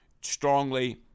strongly